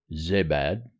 Zebad